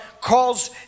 calls